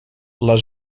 les